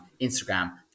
instagram